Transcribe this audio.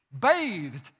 bathed